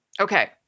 Okay